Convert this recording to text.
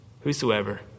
whosoever